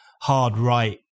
hard-right